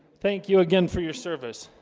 thank you again for your service